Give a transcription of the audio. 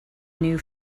new